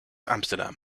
amsterdam